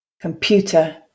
Computer